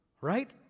right